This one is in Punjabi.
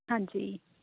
ਹਾਂਜੀ